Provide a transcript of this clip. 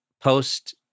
post